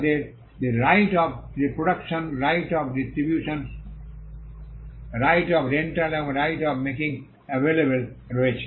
তাদের the right of reproduction right of distribution right of rental এবং right of making available রয়েছে